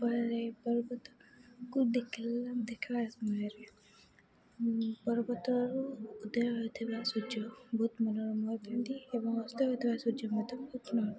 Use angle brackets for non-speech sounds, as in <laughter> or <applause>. ପର୍ବତକୁ ଦେଖିଲା ଦେଖିବା ସମୟରେ ପର୍ବତରୁ ଉଦୟ ହୋଇଥିବା ସୂର୍ଯ୍ୟ ବହୁତ <unintelligible> ଏବଂ ଅସ୍ତ ହେଉଥିବା ସୂର୍ଯ୍ୟ ମଧ୍ୟ ବହୁତ <unintelligible>